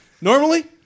normally